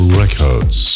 records